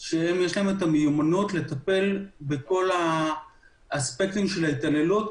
שיש להם את המיומנות לטפל בכל האספקטים של ההתעללות,